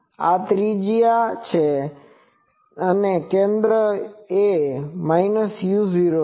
આ ત્રિજ્યા છે અને કેન્દ્ર એ છે